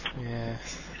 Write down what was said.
Yes